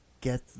get